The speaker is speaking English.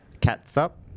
Catsup